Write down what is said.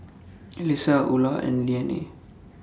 Alyssia Ula and Leanne